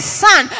son